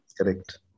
Correct